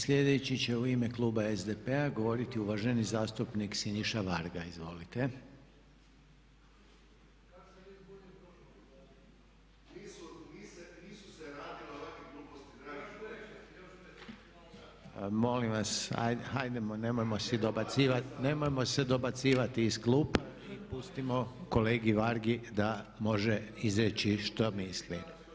Sljedeći će u ime kluba SDP-a govoriti uvaženi zastupnik Siniša Varga izvolite. … [[Upadica se ne čuje.]] Molim vas, hajdemo, nemojmo si dobacivati, nemojmo si dobacivati iz klupa i pustimo kolegi Vargi da može izreći što misli.